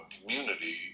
community